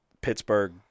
Pittsburgh